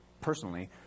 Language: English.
personally